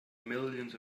millions